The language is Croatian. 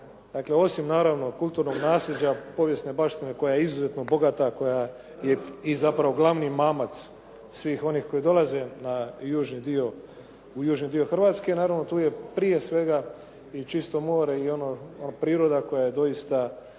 kulturnog nasljeđa, povijesne baštine koja je izuzetno bogata, koja je i zapravo glavni mamac svih onih koji dolaze u južni dio Hrvatske. Naravno, tu je prije svega i čisto more i ona priroda koja je doista